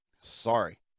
Sorry